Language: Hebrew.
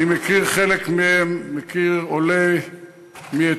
אני מכיר חלק מהם, מכיר עולה מאתיופיה